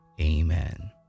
Amen